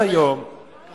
היה פעם, עכשיו לא?